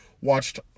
Watched